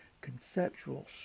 conceptual